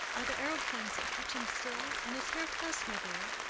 are the arrowpoints at quetcham still, and is herr klesmer there?